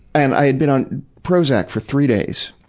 and, i had been on prozac for three days.